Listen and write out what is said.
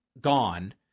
gone